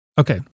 Okay